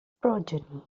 progeny